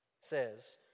says